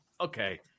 okay